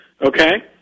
Okay